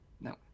No